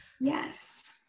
Yes